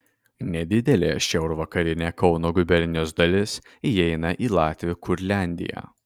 nedidelė šiaurvakarinė kauno gubernijos dalis įeina į latvių kurliandiją